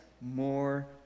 more